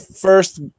first